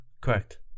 Correct